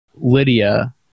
Lydia